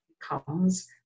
comes